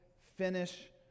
finish